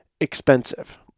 expensive